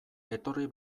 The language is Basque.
etorri